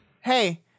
Hey